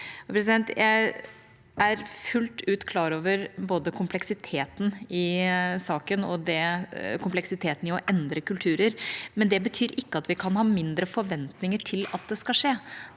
Jeg er fullt ut klar over både kompleksiteten i saken og kompleksiteten i å endre kulturer, men det betyr ikke at vi kan ha mindre forventninger til at det skal skje.